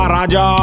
Raja